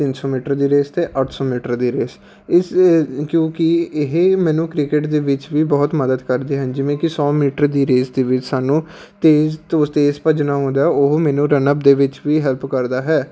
ਤਿੰਨ ਸੌ ਮੀਟਰ ਦੀ ਰੇਸ ਅਤੇ ਅੱਠ ਸੌ ਮੀਟਰ ਦੀ ਰੇਸ ਇਸ ਕਿਉਂਕਿ ਇਹ ਮੈਨੂੰ ਕ੍ਰਿਕਟ ਦੇ ਵਿੱਚ ਵੀ ਬਹੁਤ ਮਦਦ ਕਰਦੇ ਹਨ ਜਿਵੇਂ ਕਿ ਸੌ ਮੀਟਰ ਦੀ ਰੇਸ ਦੇ ਵਿੱਚ ਸਾਨੂੰ ਤੇਜ਼ ਤੋਂ ਤੇਜ਼ ਭੱਜਣਾ ਹੁੰਦਾ ਉਹ ਮੈਨੂੰ ਰਨਅਪ ਦੇ ਵਿੱਚ ਵੀ ਹੈਲਪ ਕਰਦਾ ਹੈ